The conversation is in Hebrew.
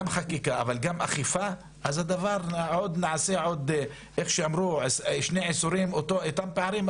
גם חקיקה אבל גם אכיפה נראה עוד שני עשורים אותם פערים,